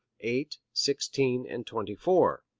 eight, sixteen and twenty four.